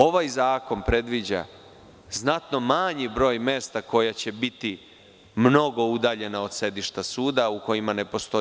Ovaj zakon predviđa znatno manji broj mesta koja će biti mnogo udaljena od sedišta suda u kojima ne postoji